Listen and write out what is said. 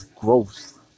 growth